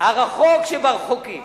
הרחוק שברחוקים